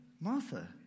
Martha